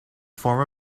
former